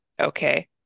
okay